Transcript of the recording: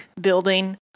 building